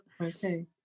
Okay